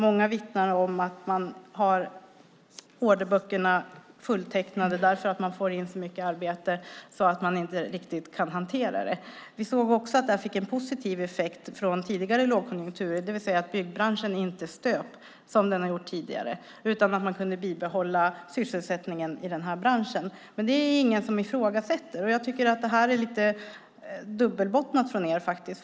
Många vittnar om att de har orderböckerna fulltecknade därför att de får in så mycket arbete att de inte riktigt kan hantera det. Vi såg också att det här fick en positiv effekt från tidigare lågkonjunktur, det vill säga att byggbranschen inte stupade, som den har gjort tidigare, utan att man kunde bibehålla sysselsättningen i den här branschen. Men det är ingen som ifrågasätter detta, och jag tycker faktiskt att det här är lite dubbelbottnat från er sida.